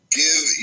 give